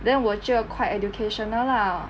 then 我觉得 quite educational lah